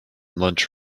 lunch